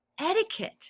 etiquette